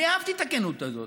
אני אהבתי את הכנות הזאת.